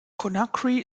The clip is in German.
conakry